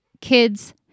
kids